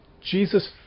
Jesus